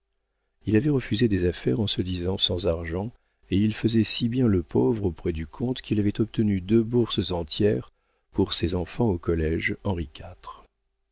il avait refusé des affaires en se disant sans argent et il faisait si bien le pauvre auprès du comte qu'il avait obtenu deux bourses entières pour ses enfants au collége